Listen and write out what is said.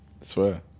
Swear